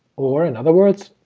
or, in other words,